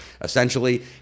essentially